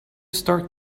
start